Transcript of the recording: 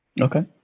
Okay